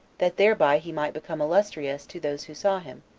that thereby he might become illustrious to those who saw him,